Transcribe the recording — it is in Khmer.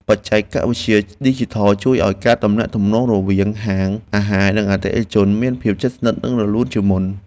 បច្ចេកវិទ្យាឌីជីថលជួយឱ្យការទំនាក់ទំនងរវាងហាងអាហារ និងអតិថិជនមានភាពជិតស្និទ្ធនិងរលូនជាងមុន។